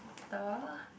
the